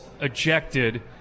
ejected